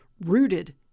rooted